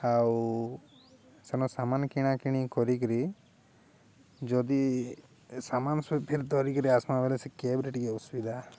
ଆଉ ସେନ ସାମାନ କିଣାକିଣି କରିକିରି ଯଦି ସାମାନ ସେ ଫେର ଧରିକିରି ଆସ୍ମା ବଲେ ସେ କ୍ୟାବ୍ରେ ଟିକେ ଅସୁବିଧା